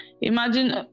Imagine